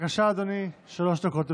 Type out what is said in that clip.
בבקשה, אדוני, שלוש דקות לרשותך.